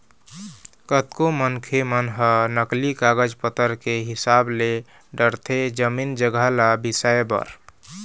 कतको मनखे मन ह नकली कागज पतर के हिसाब ले डरथे जमीन जघा ल बिसाए बर